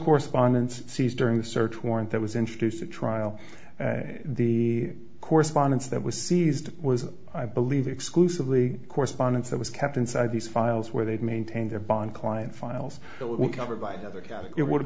correspondence seized during the search warrant that was introduced at trial and the correspondence that was seized was i believe exclusively correspondence that was kept inside these files where they'd maintained their bond client files that we covered by other it would